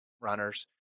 runners